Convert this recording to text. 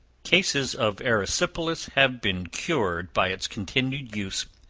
cases of erysipelas have been cured by its continued use.